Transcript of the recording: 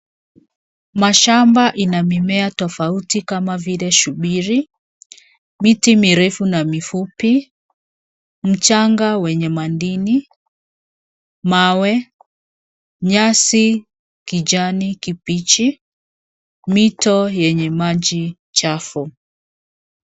Mashamba ina mimea tofauti kama vile shubiri, miti mirefu na mifupi. Mchanga wenye madini, mawe, nyasi kijani kibichi, mito yenye maji chafu.